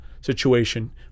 situation